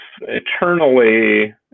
eternally